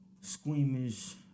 squeamish